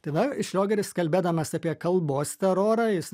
tai va šliogeris kalbėdamas apie kalbos terorą jis